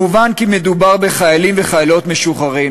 מובן כי מדובר בחיילים וחיילות משוחררים,